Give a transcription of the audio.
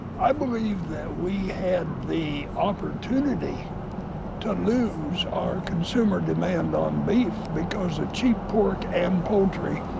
i believe that we had the opportunity to lose our consumer demand on beef because of cheap pork and poultry